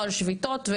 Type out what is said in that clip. על שביתות.